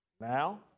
Now